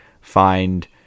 find